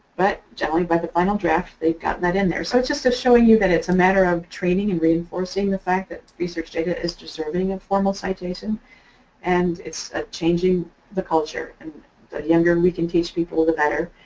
but generally by the final draft they've gotten that in there. so it's just showing you that it's a matter of training and reinforcing the fact that research data is deserving of formal citation and it's ah changing the culture. and the younger we can teach people the better.